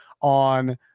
on